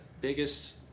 biggest